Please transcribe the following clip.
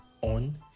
on